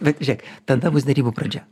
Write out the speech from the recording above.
bet žiūrėk tada bus derybų pradžia